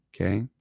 okay